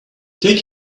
take